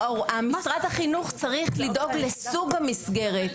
משרד החינוך צריך לדאוג לסוג המסגרת,